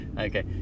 Okay